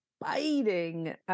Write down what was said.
biting